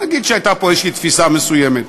נגיד שהייתה פה איזו תפיסה מסוימת.